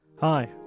Hi